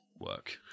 work